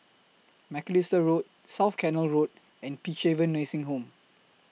Macalister Road South Canal Road and Peacehaven Nursing Home